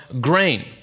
grain